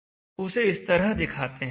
उसे इस तरह दिखाते हैं